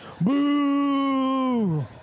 boo